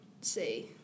say